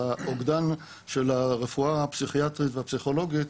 באוגדן של הרפואה הפסיכיאטרית והפסיכולוגית,